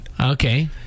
Okay